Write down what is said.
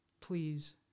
please